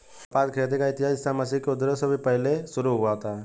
कपास की खेती का इतिहास ईसा मसीह के उद्भव से भी पहले शुरू होता है